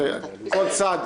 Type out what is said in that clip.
שנייה, שנייה.